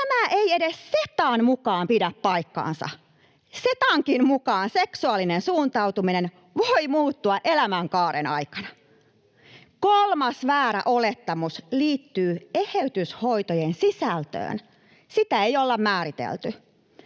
Tämä ei edes Setan mukaan pidä paikkaansa. Setankin mukaan seksuaalinen suuntautuminen voi muuttua elämänkaaren aikana. [Ilmari Nurminen: Ei muutu!] Kolmas väärä olettamus liittyy eheytyshoitojen sisältöön. Sitä ei olla määritelty.